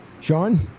Sean